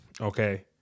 Okay